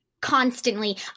constantly